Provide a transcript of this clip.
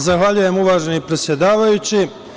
Zahvaljujem, uvaženi predsedavajući.